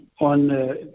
on